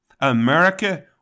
America